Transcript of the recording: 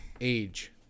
Age